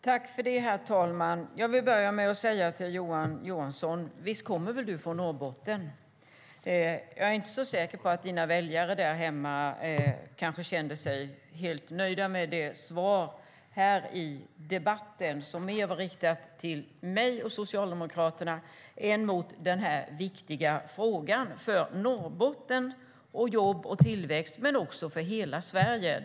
Herr talman! Jag vill börja med att vända mig till Johan Johansson: Visst kommer väl du från Norrbotten? Jag är inte så säker på att dina väljare där hemma känner sig helt nöjda med ditt svar här i debatten, som mer var riktat till mig och Socialdemokraterna. Det här är en viktig fråga för Norrbotten, för jobb och tillväxt, men också för hela Sverige.